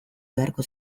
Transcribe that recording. beharko